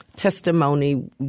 testimony